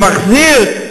שמחזיר,